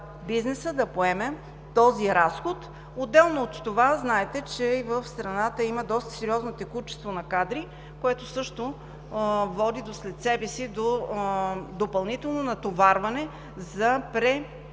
да поеме този разход? Отделно от това, знаете, че в страната има доста сериозно текучество на кадри, което също води след себе си до допълнително натоварване – за